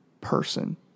person